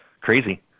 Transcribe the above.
crazy